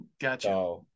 gotcha